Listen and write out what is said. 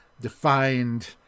defined